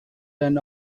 run